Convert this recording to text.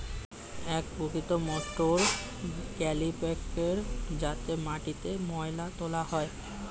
এক প্রকৃতির মোটর কাল্টিপ্যাকের যাতে করে মাটিতে ময়লা তোলা হয়